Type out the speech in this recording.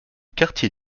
quartier